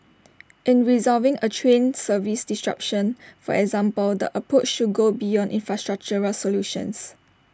in resolving A train service disruption for example the approach should go beyond infrastructural solutions